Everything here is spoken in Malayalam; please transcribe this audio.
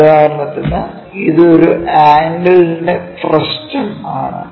ഉദാഹരണത്തിന് ഇത് ഒരു ആംഗിൾ ഇൻറെ ഫ്രസ്റ്റം ആണ്